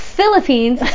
Philippines